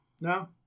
No